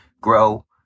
grow